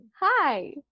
hi